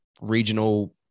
regional